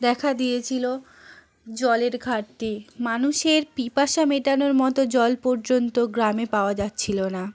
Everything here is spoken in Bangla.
দেখা দিয়েছিলো জলের ঘাটতি মানুষের পিপাসা মেটানোর মতো জল পর্যন্ত গ্রামে পাওয়া যাচ্ছিলো না